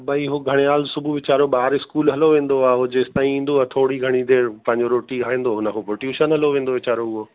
भाई उहो घड़ियाल सुबुह वीचारो ॿार इस्कूल हलियो वेंदो आहे जेसीं ताईं ईंदो आहे थोरी घणी देर पंहिंजो रोटी खाईंदो हुन खां पोइ ट्यूशन हलियो वेंदो वीचारो उहो